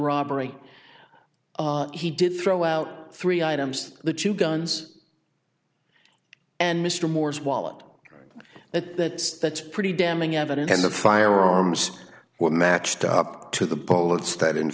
robbery he did throw out three items the two guns and mr moore's wallet that that's pretty damning evidence and the firearms were matched up to the bullets that in